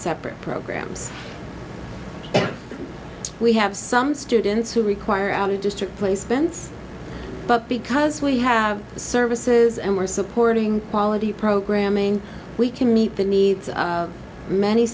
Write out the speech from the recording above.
and we have some students who require district placements but because we have services and we're supporting quality programming we can meet the needs of many